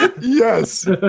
yes